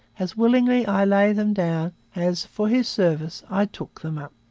as willingly i lay them down as, for his service, i took them up